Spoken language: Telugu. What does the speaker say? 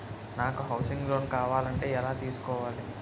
నాకు హౌసింగ్ లోన్ కావాలంటే ఎలా తీసుకోవాలి?